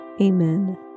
Amen